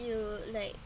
you like